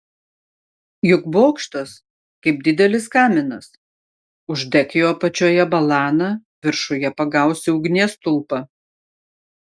juk bokštas kaip didelis kaminas uždek jo apačioje balaną viršuje pagausi ugnies stulpą